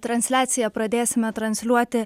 transliaciją pradėsime transliuoti